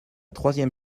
troisième